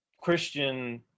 Christian